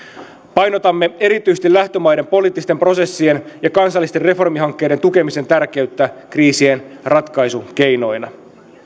painotamme erityisesti lähtömaiden poliittisten prosessien ja kansallisten reformihankkeiden tukemisen tärkeyttä kriisien ratkaisukeinoina